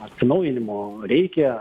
atsinaujinimo reikia